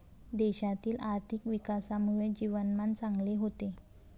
देशातील आर्थिक विकासामुळे जीवनमान चांगले होते